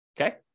Okay